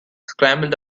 scrambled